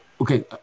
Okay